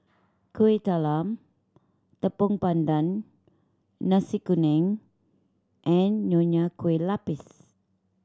Kuih Talam Tepong Pandan Nasi Kuning and Nonya Kueh Lapis